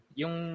yung